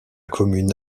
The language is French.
commune